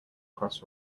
cross